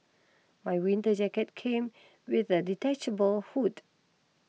my winter jacket came with a detachable hood